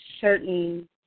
certain